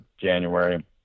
January